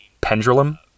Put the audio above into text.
pendulum